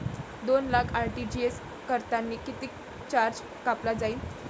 दोन लाख आर.टी.जी.एस करतांनी कितीक चार्ज कापला जाईन?